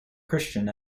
christian